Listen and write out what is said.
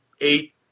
eight